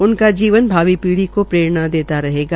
उनका जीवन भावी पीढ़ी को प्ररेणा देगा